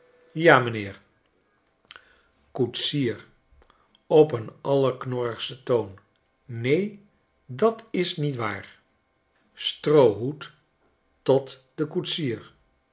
ja m'nheer koetsier op een allerknorrigsten toon neen dat s niet waar stroohoed tot den koetsier